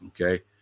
Okay